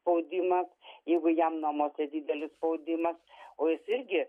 spaudimas jeigu jam namuose didelis spaudimas o jis irgi